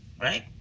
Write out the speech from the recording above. Right